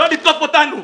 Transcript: לא לתקוף אותנו,